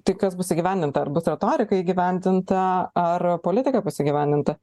tai kas bus įgyvendinta ar bus retorika įgyvendinta ar politika bus įgyvendinta